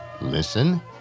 listen